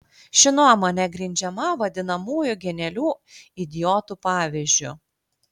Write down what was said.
ši nuomonė grindžiama vadinamųjų genialių idiotų pavyzdžiu